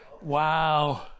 wow